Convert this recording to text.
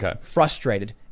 frustrated